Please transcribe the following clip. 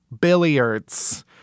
billiards